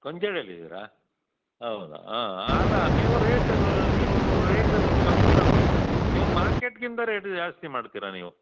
ಕೊಂಜಲಲ್ಲಿ ಇದ್ದೀರಾ ಹೌದಾ ಹಾಂ ಅಲ್ಲ ನೀವು ರೇಟನು ನೀವೂನು ರೇಟನು ಕಮ್ಮಿ ಮಾಡಬೇಕು ಮತ್ತು ನೀವು ಮಾರ್ಕೆಟ್ಗಿಂತ ರೇಟ್ ಜಾಸ್ತಿ ಮಾಡ್ತೀರಾ ನೀವು